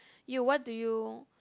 you what do you